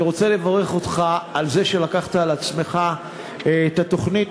אני רוצה לברך אותך על זה שלקחת על עצמך את התוכנית